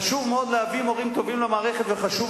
חשוב מאוד להביא מורים טובים למערכת וחשוב